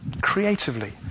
creatively